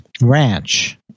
ranch